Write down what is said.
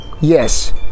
yes